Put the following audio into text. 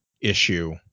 issue